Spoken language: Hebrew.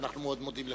ואנחנו מאוד מודים לך.